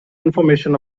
information